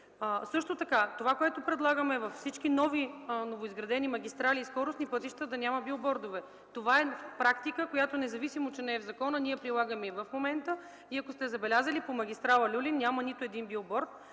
Също така това, което предлагаме, е във всички новоизградени магистрали и скоростни пътища да няма билбордове. Това е практика, която, независимо че не е в закона, ние прилагаме и в момента. Ако сте забелязали, по магистрала „Люлин” няма нито един билборд,